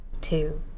two